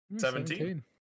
Seventeen